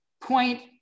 point